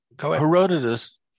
Herodotus